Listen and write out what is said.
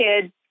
kids